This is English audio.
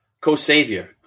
Co-savior